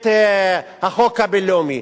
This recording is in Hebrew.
את החוק הבין-לאומי.